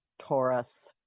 Taurus